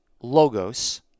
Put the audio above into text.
logos